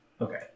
Okay